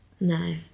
no